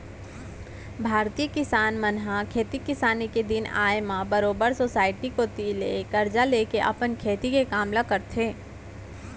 भारतीय किसान मन ह खेती किसानी के दिन आय म बरोबर सोसाइटी कोती ले करजा लेके अपन खेती के काम ल करथे